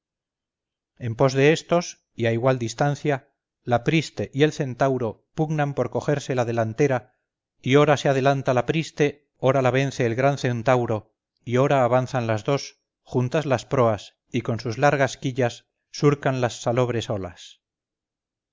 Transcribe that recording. en pos de estos y a igual distancia la priste y el centauro pugnan por cogerse la delantera y otra se adelanta la priste ora la vence el gran centauro y ora avanzan las dos juntas las proas y con sus largas quillas surcan las salobres olas